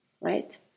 right